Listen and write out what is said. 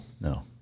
no